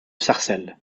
sarcelles